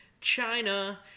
China